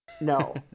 No